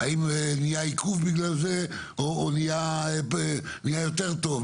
האם נהיה עיכוב בגלל זה או נהיה יותר טוב?